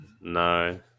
No